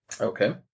Okay